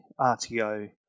rto